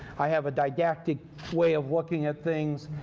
i have a didactic way of looking at things.